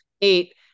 eight